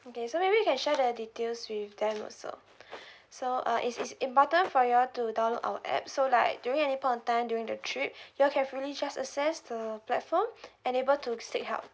okay so maybe you can share the details with them also so uh it is important for you all to download our app so like during any point of time during the trip you all can freely just assess the platform and able to seek help